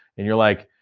and you're like,